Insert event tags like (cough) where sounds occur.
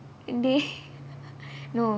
they (laughs) no